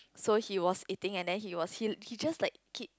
so he was eating and then he was he he just like keep